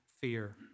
fear